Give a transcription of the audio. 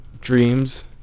dreams